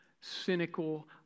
cynical